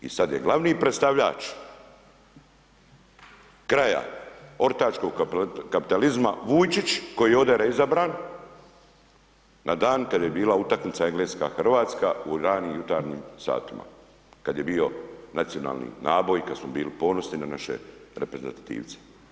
I sada je glavni predstavljač kraja, ortačkog kapitalizma Vujčić, koji je … izabran na dan kada je bila utakmica Engleska Hrvatska u ranim jutarnjim satima kada je bio nacionalni naboj, kada smo bili ponosni na naše reprezentativce.